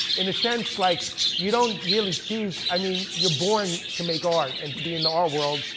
in a sense like you don't really choose. i mean you're born to make art and to be in the art world,